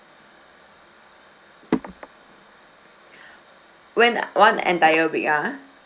when one entire week ah